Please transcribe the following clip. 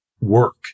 work